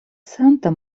santa